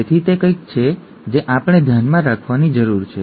તેથી તે કંઈક છે જે આપણે ધ્યાનમાં રાખવાની જરૂર છે